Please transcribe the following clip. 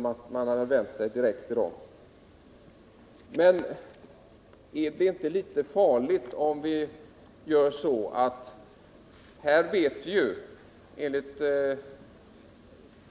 Men är det inte litet farligt om vi gör på det sättet? Enligt